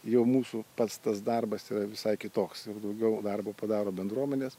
jau mūsų pats tas darbas yra visai kitoks ir daugiau darbo padaro bendruomenės